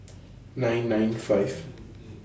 nine nine five